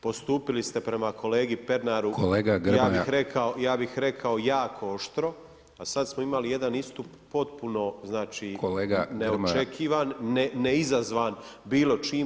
Postupili ste prema kolega Pernaru ja bih rekao jako oštro, a sad smo imali jedan istup potpuno znači neočekivan, neizazvan bilo čim.